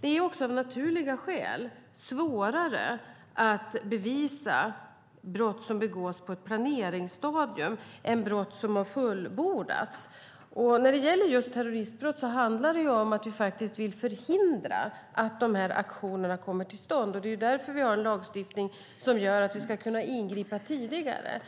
Det är också av naturliga skäl svårare att bevisa brott som begås på ett planeringsstadium än brott som har fullbordats. När det gäller just terroristbrott handlar det om att vi faktiskt vill förhindra att dessa aktioner kommer till stånd. Det är därför som vi har en lagstiftning som gör att vi ska kunna ingripa tidigare.